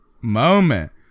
moment